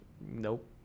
nope